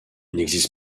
n’existe